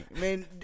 Man